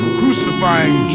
crucifying